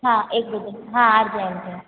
हाँ एक दो दिन हाँ अर्ज़ेन्ट है